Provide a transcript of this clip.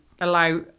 allow